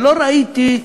ולא ראיתי,